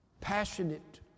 Passionate